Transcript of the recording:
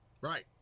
Right